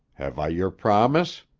have i your promise?